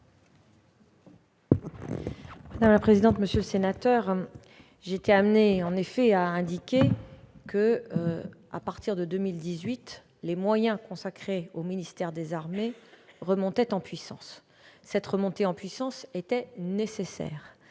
Mme la ministre. Monsieur le sénateur, j'ai en effet indiqué que, à partir de 2018, les moyens consacrés au ministère des armées remonteraient en puissance. Cette remontée en puissance était indispensable